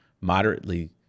moderately